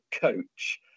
coach